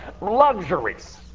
luxuries